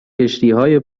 کشتیهای